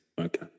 Okay